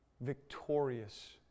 victorious